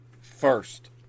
first